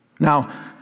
Now